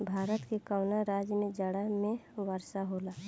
भारत के कवना राज्य में जाड़ा में वर्षा होला?